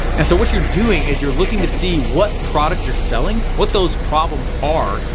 and so what you're doing is you're looking to see what products you're selling, what those problems are.